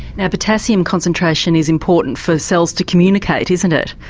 now potassium concentration is important for cells to communicate, isn't it?